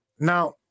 Now